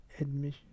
Admission